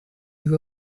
you